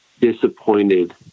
disappointed